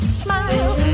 smile